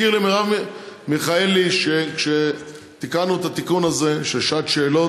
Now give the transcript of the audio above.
מזכיר למרב מיכאלי שכשתיקנו את התיקון הזה של שעת שאלות,